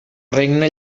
regna